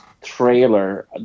trailer